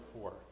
four